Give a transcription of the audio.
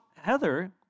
Heather